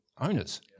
owners